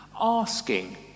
asking